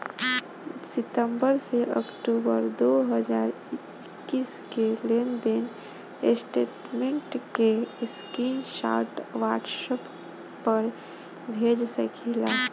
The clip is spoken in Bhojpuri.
सितंबर से अक्टूबर दो हज़ार इक्कीस के लेनदेन स्टेटमेंट के स्क्रीनशाट व्हाट्सएप पर भेज सकीला?